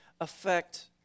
affect